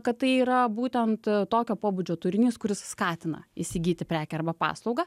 kad tai yra būtent tokio pobūdžio turinys kuris skatina įsigyti prekę arba paslaugą